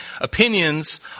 opinions